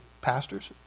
pastors